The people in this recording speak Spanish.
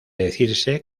decirse